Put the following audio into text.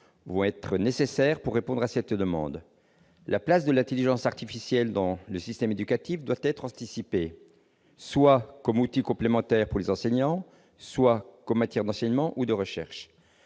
vont être nécessaires pour répondre à cette demande. La place de l'intelligence artificielle dans le système éducatif doit être anticipée, soit comme outil complémentaire pour les enseignants, soit comme matière d'enseignement ou de recherche.